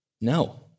No